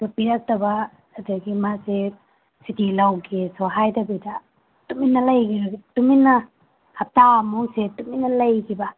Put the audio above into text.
ꯁꯨ ꯄꯤꯔꯛꯇꯕ ꯑꯗꯒꯤ ꯃꯥꯁꯦ ꯁꯨꯇꯤ ꯂꯧꯒꯦꯁꯨ ꯍꯥꯏꯗꯕꯤꯗ ꯇꯨꯃꯤꯟꯅ ꯇꯨꯃꯤꯟꯅ ꯍꯞꯇꯥ ꯑꯃꯃꯨꯛꯁꯦ ꯇꯨꯃꯤꯟꯅ ꯂꯩꯒꯤꯕ